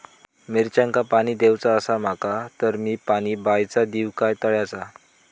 मिरचांका पाणी दिवचा आसा माका तर मी पाणी बायचा दिव काय तळ्याचा?